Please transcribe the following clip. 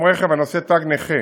במקום רכב הנושא תג נכה,